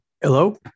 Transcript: Hello